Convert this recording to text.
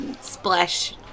splash